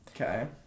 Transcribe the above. Okay